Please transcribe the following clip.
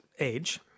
Age